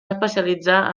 especialitzar